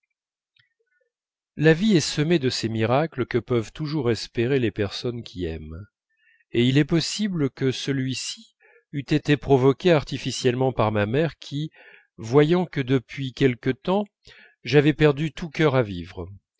la vie est semée de ces miracles que peuvent toujours espérer les personnes qui aiment il est possible que celui-ci eût été provoqué artificiellement par ma mère qui voyant que depuis quelque temps j'avais perdu tout cœur à vivre